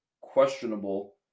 questionable